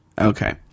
okay